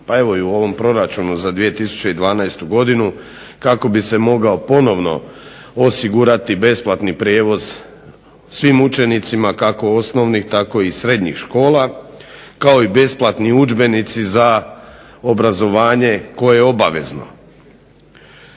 pa evo i u ovom proračunu za 2012. godinu kako bi se mogao ponovno osigurati besplatni prijevoz svim učenicima kako osnovnih tako i srednjih škola, kao i besplatni udžbenici za obrazovanje koje je obavezno.